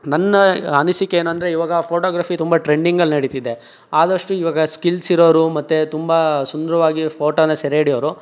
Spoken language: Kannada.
ನನ್ನ ಅನಿಸಿಕೆ ಏನೆಂದ್ರೆ ಇವಾಗ ಫೋಟೋಗ್ರಫಿ ತುಂಬ ಟ್ರೆಂಡಿಂಗಲ್ಲಿ ನಡೀತಿದೆ ಆದಷ್ಟು ಇವಾಗ ಸ್ಕಿಲ್ಸಿರೋರು ಮತ್ತೆ ತುಂಬ ಸುಂದರವಾಗಿ ಫೋಟೋನ ಸೆರೆ ಹಿಡಿಯೋರು